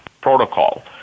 protocol